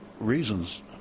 reasons